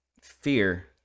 fear